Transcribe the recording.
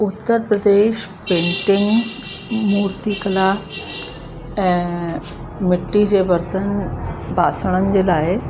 उत्तर Pradesh painting मूर्तिकला ऐं मिट्टी जे बर्तन बासणनि जे लाइ